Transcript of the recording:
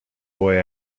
boy